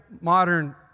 modern